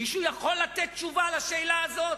מישהו יכול לתת תשובה על השאלה הזו?